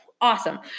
awesome